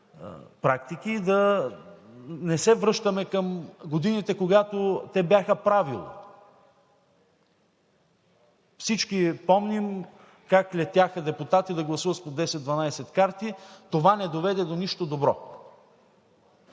практики и да не се връщаме към годините, когато те бяха правило. Всички помним как летяха депутати, за да гласуват с по 10 – 12 карти. Това не доведе до нищо добро,